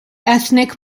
ethnic